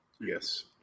Yes